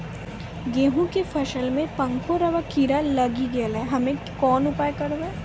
गेहूँ के फसल मे पंखोरवा कीड़ा लागी गैलै हम्मे कोन उपाय करबै?